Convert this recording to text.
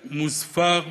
מוזפר,